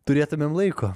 turėtumėm laiko